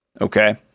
Okay